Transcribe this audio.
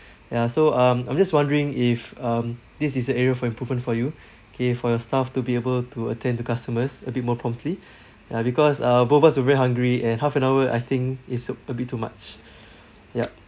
ya so um I'm just wondering if um this is a area for improvement for you K for your staff to be able to attend to customers a bit more promptly uh because uh both of us were very hungry and half an hour I think it's so a bit too much yup